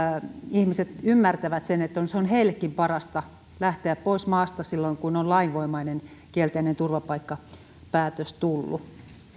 ihmiset ymmärtävät sen että se on heillekin parasta lähteä pois maasta silloin kun on lainvoimainen kielteinen turvapaikkapäätös tullut